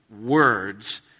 words